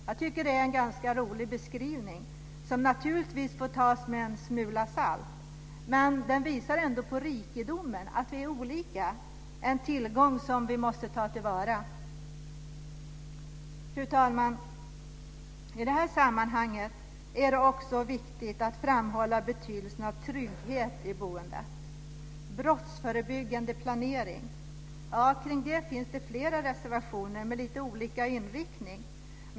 Jag tycker att det är en ganska rolig beskrivning, som naturligtvis får tas med en smula salt men som ändå visar på rikedomen i att vi är olika. Det är en tillgång som vi måste ta till vara. Fru talman! Det är i det här sammanhanget också viktigt att framhålla betydelsen av trygghet i boendet. Kring brottsförebyggande planering finns det flera reservationer med lite olika inriktning.